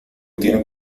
tiene